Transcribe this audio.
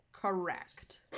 Correct